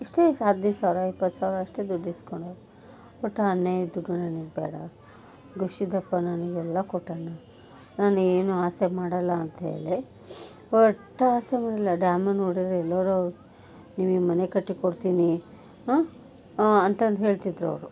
ಇಷ್ಟೇ ಹದಿನೈದು ಸಾವಿರ ಇಪ್ಪತ್ತು ಸಾವಿರ ಅಷ್ಟೇ ದುಡ್ಡು ಇಸ್ಕಳೋರು ಒಟ್ಟು ಅನ್ಯಾಯದ ದುಡ್ಡು ನನಗ್ ಬೇಡ ಗುರು ಸಿದ್ದಪ್ಪ ನನಗ್ ಎಲ್ಲ ಕೊಟ್ಟಾನೆ ನಾನು ಏನು ಆಸೆ ಮಾಡೋಲ್ಲ ಅಂತೇಳಿ ಒಟ್ಟು ಆಸೆ ಮಾಡೋಲ್ಲಾ ಡ್ಯಾಮನ್ನು ನೋಡಿದ್ರೆ ಎಲ್ಲರೂ ನಿಮಗ್ ಮನೆ ಕಟ್ಟಿ ಕೊಡ್ತೀನಿ ಅಂತಂದು ಹೇಳುತಿದ್ರು ಅವರು